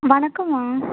வணக்கம்மா